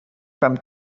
from